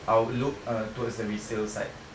I would look uh towards the resale side resale house lah ya